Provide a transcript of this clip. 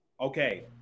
Okay